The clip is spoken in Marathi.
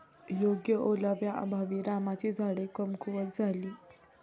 योग्य ओलाव्याअभावी रामाची झाडे कमकुवत झाली